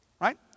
right